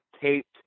taped